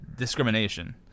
Discrimination